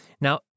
Now